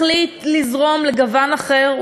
מחליט לזרום לגוון אחר,